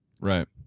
right